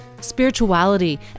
spirituality